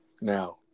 Now